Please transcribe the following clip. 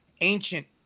ancient